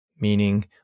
meaning